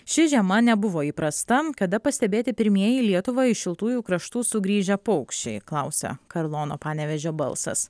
ši žiema nebuvo įprasta kada pastebėti pirmieji į lietuvą iš šiltųjų kraštų sugrįžę paukščiai klausia karlono panevėžio balsas